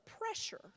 pressure